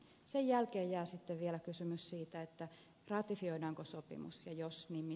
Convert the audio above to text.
sen jälkeen jää sitten vielä kysymys siitä ratifioidaanko sopimus ja jos viini